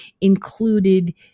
included